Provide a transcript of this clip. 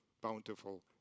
bountiful